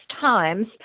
times